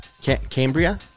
cambria